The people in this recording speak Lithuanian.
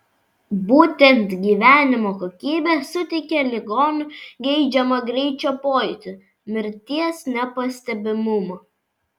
būtent gyvenimo kokybė suteikia ligoniui geidžiamą greičio pojūtį mirties nepastebimumą